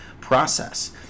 process